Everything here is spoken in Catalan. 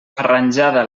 arranjada